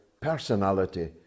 personality